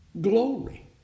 glory